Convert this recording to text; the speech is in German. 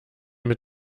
mit